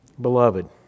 Beloved